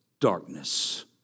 darkness